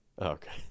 Okay